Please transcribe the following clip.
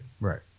right